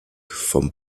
vom